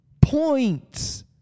Points